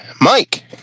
Mike